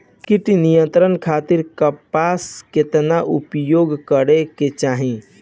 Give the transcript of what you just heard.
कीट नियंत्रण खातिर कपास केतना उपयोग करे के चाहीं?